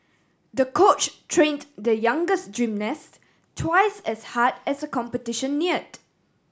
the coach trained the youngers gymnast twice as hard as the competition neared